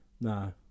No